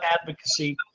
advocacy